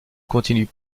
continue